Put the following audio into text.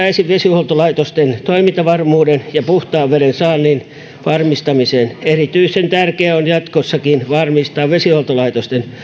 esiin vesihuoltolaitosten toimintavarmuuden ja puhtaan veden saannin varmistamisen erityisen tärkeää on jatkossakin varmistaa vesihuoltolaitosten